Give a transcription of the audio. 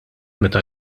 meta